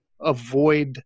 avoid